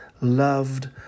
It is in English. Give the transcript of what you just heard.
loved